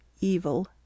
Evil